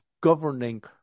governing